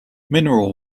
mineral